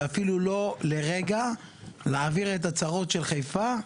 ואפילו לא לרגע, להעביר את הצרות של חיפה לאשקלון.